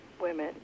women